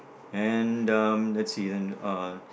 and um let's see and uh